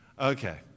Okay